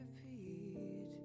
repeat